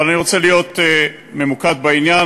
אבל אני רוצה להיות ממוקד בעניין,